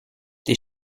tes